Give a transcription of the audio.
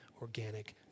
organic